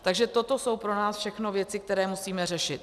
Takže toto jsou pro nás všechno věci, které musíme řešit.